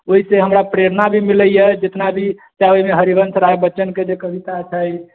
ओहिसे हमरा प्रेरणा भी मिलै यऽ जितना भी चाहे ओहिमे हरिवंश राय बच्चन के जे कविता छै